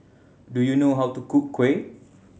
do you know how to cook kuih